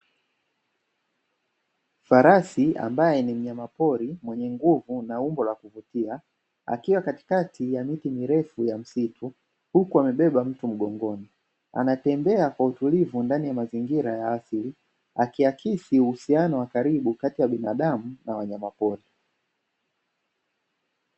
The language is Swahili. Farasi ambaye ni mnyama pori mwenye nguvu na umbo la kuvutia ,akiwa katikati ya miti mirefu ya msitu huku wamebeba mtu mgongoni, anatembea kwa utulivu ndani ya mazingira ya asili ,akiakisi uhusiano wa karibu kati ya binadamu na wanyama pori.